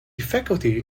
faculty